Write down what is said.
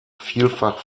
vielfach